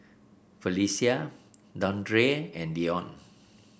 Phylicia Dandre and Leon